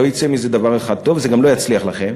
לא יצא מזה דבר אחד טוב, וזה גם לא יצליח לכם.